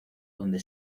donde